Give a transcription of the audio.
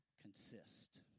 consist